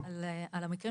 אפשר למצוא